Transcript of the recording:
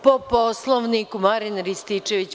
Po poslovniku, Marijana Rističević.